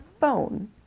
phone